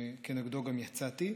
וכנגדו גם יצאתי.